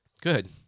Good